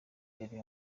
yari